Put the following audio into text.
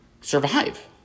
survive